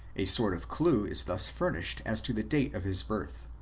a sort of clue is thus furnished as to the date of his birth.